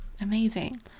Amazing